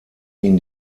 ihn